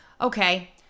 Okay